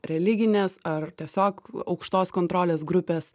religinės ar tiesiog aukštos kontrolės grupės